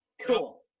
Cool